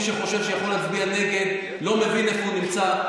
מי שחושב שהוא יכול להצביע נגד לא מבין איפה הוא נמצא.